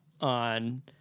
on